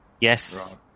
Yes